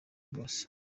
rwose